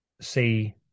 see